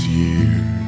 years